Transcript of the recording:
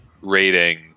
rating